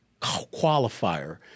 qualifier